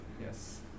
yes